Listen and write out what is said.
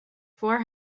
four